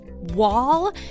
wall